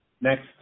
Next